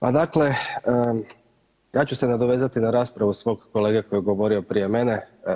Pa dakle ja ću se nadovezati na raspravu svog kolege koji je govorio prije mene.